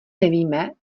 nevíme